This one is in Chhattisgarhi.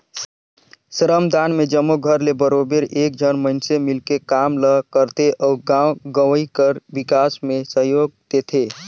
श्रमदान में जम्मो घर ले बरोबेर एक झन मइनसे मिलके काम ल करथे अउ गाँव गंवई कर बिकास में सहयोग देथे